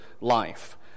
life